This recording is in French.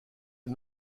est